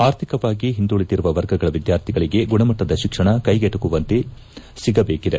ಆರ್ಥಿಕವಾಗಿ ಹಿಂದುಳಿದಿರುವ ವರ್ಗಗಳ ವಿದ್ಯಾರ್ಥಿಗಳಿಗೆ ಗುಣಮಟ್ಟದ ಶಿಕ್ಷಣ ಕೈಗೆಟಕುವಂತೆ ಸಿಗಬೇಕಿದೆ